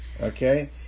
Okay